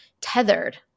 tethered